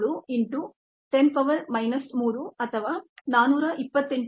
37 into 10 power minus 3 ಅಥವಾ 428